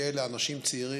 כי אלה אנשים צעירים,